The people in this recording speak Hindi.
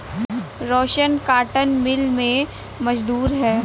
रोशन कॉटन मिल में मजदूर है